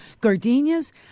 gardenias